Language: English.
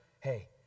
hey